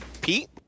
Pete